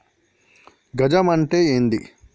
గజం అంటే ఏంది?